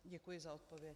Děkuji za odpověď.